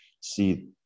see